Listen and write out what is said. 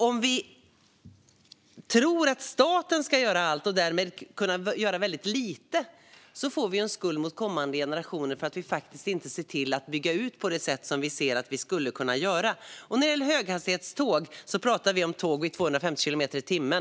Om vi tror att staten ska göra allt, och därmed kunna göra väldigt lite, får vi en skuld till kommande generationer för att vi inte ser till att bygga ut på det sätt som vi ser att vi skulle kunna göra. När det gäller höghastighetståg pratar vi om tåg i 250 kilometer i timmen.